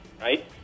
right